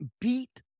beat